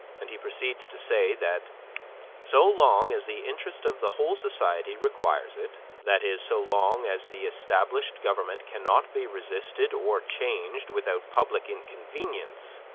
and he proceeds to say that so long as the interest of the whole society requires it, that is, so long as the established government cannot be resisted or changed without public inconvenience,